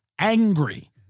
Angry